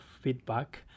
feedback